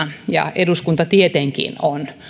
ja eduskunta tietenkin on